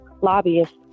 lobbyists